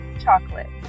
chocolate